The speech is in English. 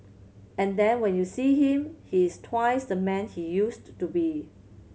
and then when you see him he is twice the man he used to be